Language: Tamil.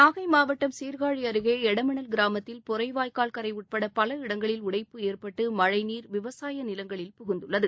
நாகை மாவட்டம் சீர்காழி அருகே எடமணல் கிராமத்தில் பொறைவாய்க்கால் கரை உட்பட பல இடங்களில் உடைப்பு ஏற்பட்டு மழை நீர் விவசாய நிலங்களில் புகுந்துள்ளது